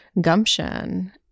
gumption